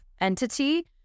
entity